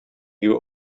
you